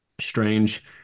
strange